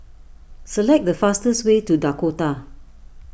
select the fastest way to Dakota